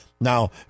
Now